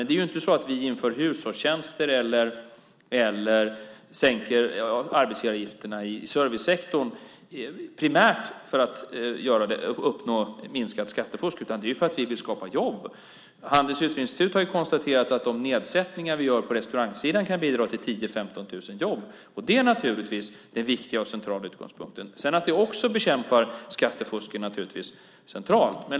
Det är ju inte så att vi inför hushållstjänster eller sänker arbetsgivaravgifterna i servicesektorn primärt för att uppnå minskat skattefusk, utan det är för att vi vill skapa jobb. Handelns Utredningsinstitut har konstaterat att de nedsättningar vi gör på restaurangsidan kan bidra till 10 000-15 000 jobb, och det är naturligtvis den viktiga och centrala utgångspunkten. Att vi sedan också bekämpar skattefusk är naturligtvis centralt.